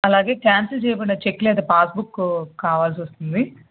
అలాగే క్యాన్సిల్ చెయ్యబడిన చెక్ లేదా పాస్బుక్కు కావాల్సొస్తుంది